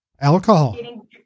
Alcohol